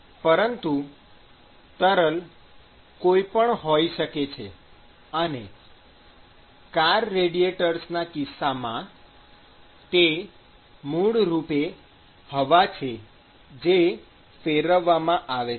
વહેતું તરલ કોઈપણ હોઈ શકે છે અને કાર રેડિએટર્સના કિસ્સામાં તે મૂળરૂપે હવા છે જે ફેરવવામાં આવે છે